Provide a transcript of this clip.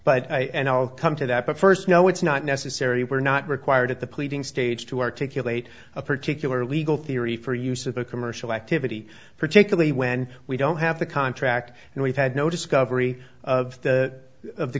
but i'll come to that but first no it's not necessary we're not required at the pleading stage to articulate a particular legal theory for use of a commercial activity particularly when we don't have the contract and we've had no discovery of the of the